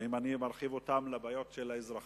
ואם אני מרחיב אותן לבעיות של האזרחים,